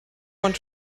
want